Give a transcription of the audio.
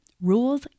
Rules